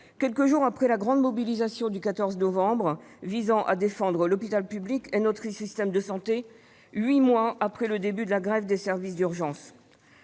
quelques jours après la grande mobilisation du 14 novembre visant à défendre l'hôpital public et notre système de santé et huit mois après le début de la grève des services des urgences